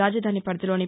రాజధాని పరిధిలోని